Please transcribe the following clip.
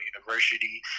University